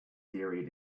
theory